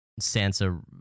Sansa